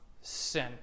sin